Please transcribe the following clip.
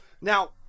Now